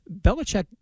belichick